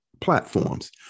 platforms